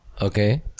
Okay